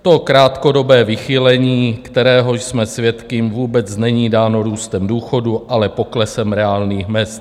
To krátkodobé vychýlení, kterého jsme svědky, vůbec není dáno růstem důchodů, ale poklesem reálných mezd.